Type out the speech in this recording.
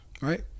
Right